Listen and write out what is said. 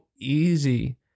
easy